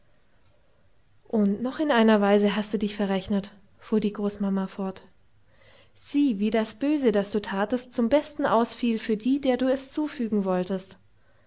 und noch in einer weise hast du dich verrechnet fuhr die großmama fort sieh wie das böse das du tatest zum besten ausfiel für die der du es zufügen wolltest